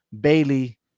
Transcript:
Bailey